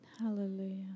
Hallelujah